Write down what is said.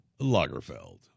Lagerfeld